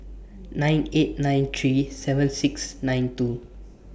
nine eight nine three seven six nine two